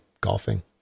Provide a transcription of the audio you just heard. golfing